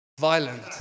violent